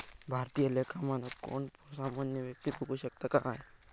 भारतीय लेखा मानक कोण पण सामान्य व्यक्ती बघु शकता काय?